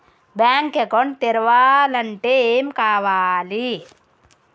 Bank account తెరవాలంటే ఏమేం కావాలి?